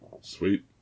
Sweet